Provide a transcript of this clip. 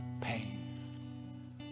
pain